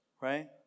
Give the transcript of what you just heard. right